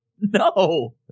No